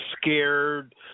scared